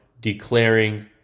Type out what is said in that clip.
declaring